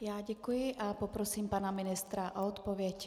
Já děkuji a poprosím pana ministra o odpověď.